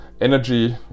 energy